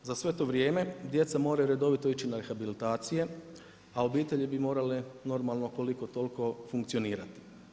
Za svo to vrijeme djeca moraju redovito ići na rehabilitacije, a obitelji bi morale normalno koliko toliko, funkcionirati.